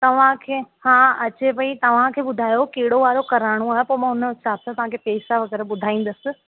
तव्हांखे हा तव्हांखे अचे पई हा तव्हांखे ॿुधायो कहिड़ो वारो कराइणो आहे पोइ मां उन हिसाब सां तव्हांखे पेसा वगै़रह ॿुधाईंदसि